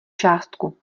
částku